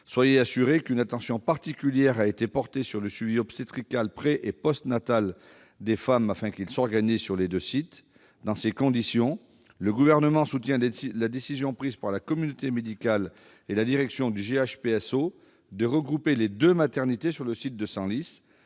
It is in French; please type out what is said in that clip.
Soyez assuré qu'une attention particulière a été portée au suivi obstétrical pré-et postnatal des femmes afin qu'il s'organise sur les deux sites. Dans ces conditions, le Gouvernement soutient la décision prise par la communauté médicale et la direction du GHPSO de regrouper les deux maternités sur le site de Senlis,